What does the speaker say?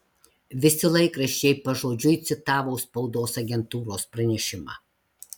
visi laikraščiai pažodžiui citavo spaudos agentūros pranešimą